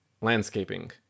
landscaping